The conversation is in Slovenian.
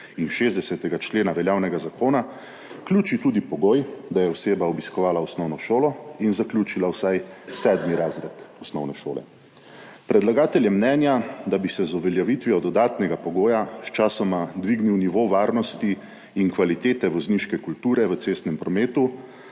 in 60. člena veljavnega zakona, vključi tudi pogoj, da je oseba obiskovala osnovno šolo in zaključila vsaj sedmi razred osnovne šole. Predlagatelj je mnenja, da bi se z uveljavitvijo dodatnega pogoja sčasoma dvignil nivo varnosti in kvalitete vozniške kulture v cestnem prometu,